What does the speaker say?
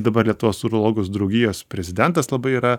dabar lietuvos urologijos draugijos prezidentas labai yra